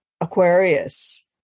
Aquarius